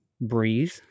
breathe